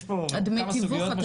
יש פה כמה סוגיות משמעותיות.